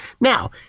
Now